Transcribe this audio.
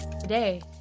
Today